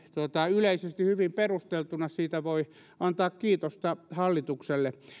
yleisesti hyvin perusteltuna siitä voi antaa kiitosta hallitukselle